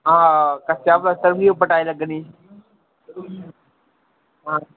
कच्चा पल्सतर भी उप्पर टाईल लग्गनी